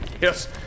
Yes